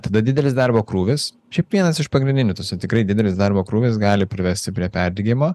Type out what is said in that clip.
tada didelis darbo krūvis šiaip vienas iš pagrindinių tose tikrai didelis darbo krūvis gali privesti prie perdegimo